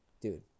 dude